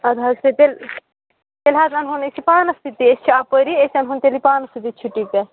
اد حظ چھُ تیٚلہِ تیٚلہِ حظ اَنہٕ ہوٚن أسۍ یہِ پانَس سۭتی أسۍ چھِ اَپٲری أسۍ اَنہٕ ہوٚن تیٚلہِ یہِ پانَس سۭتی چھُٹی پٮ۪ٹھ